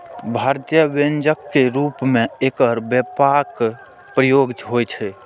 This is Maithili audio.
भारतीय व्यंजन के रूप मे एकर व्यापक प्रयोग होइ छै